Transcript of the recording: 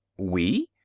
we?